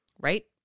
Right